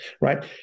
Right